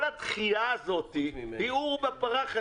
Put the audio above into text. כל הדחייה הזאת היא עורבא פרח.